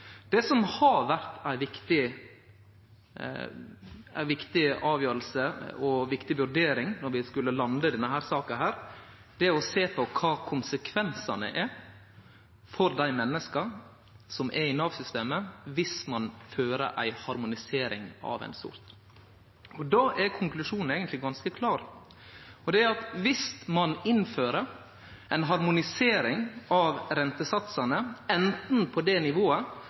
Det som har vore ei viktig avgjerd og vurdering då vi skulle lande denne saka, er å sjå på kva konsekvensane er for dei menneska som er i Nav-systemet, viss ein innfører ei harmonisering av eit slag. Då er konklusjonen eigentleg ganske klar: Viss ein innfører ei harmonisering av rentesatsane på det nivået